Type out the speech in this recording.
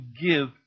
give